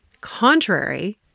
contrary